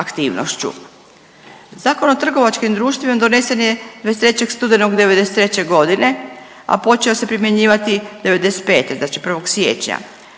Zakon o trgovačkim društvima donesen je 23. studenog '93.g., a počeo se primjenjivati '95., znači 1. siječnja,